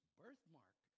birthmark